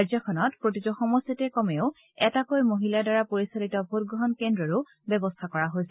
ৰাজ্যখনত প্ৰতিটো সমষ্টিতে কমেও এটাকৈ মহিলাৰ দ্বাৰা পৰিচালিত ভোটগ্ৰহণ কেন্দ্ৰৰো ব্যৱস্থা কৰা হৈছে